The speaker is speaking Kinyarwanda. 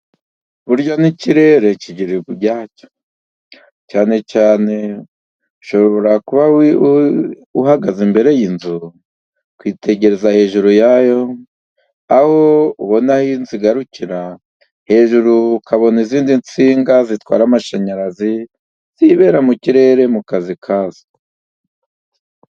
Buryo n'ikirerecyo cyane cyane shobora kuba uhagaze imbere y'inzu kwitegereza hejuru yayo aho ubona aho inzu igarukira hejuru ukabona izindi nsinga zitwara amashanyarazi zibera mu kirere mu kazi kazo